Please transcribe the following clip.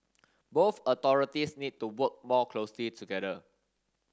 both authorities need to work more closely together